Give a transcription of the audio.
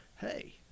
Hey